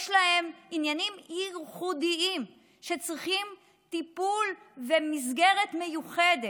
יש להם עניינים ייחודיים שצריכים טיפול ומסגרת מיוחדת.